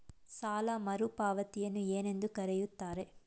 ಸಾಲ ಮರುಪಾವತಿಯನ್ನು ಏನೆಂದು ಕರೆಯುತ್ತಾರೆ?